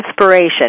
inspiration